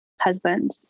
husband